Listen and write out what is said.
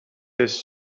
his